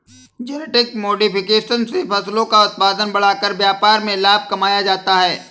genetic modification से फसलों का उत्पादन बढ़ाकर व्यापार में लाभ कमाया जाता है